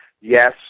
Yes